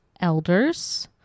elders